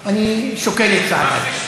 אני שוקל את צעדי.